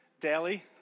Daily